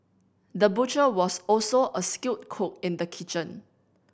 the butcher was also a skilled cook in the kitchen